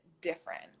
different